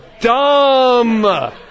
dumb